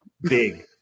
Big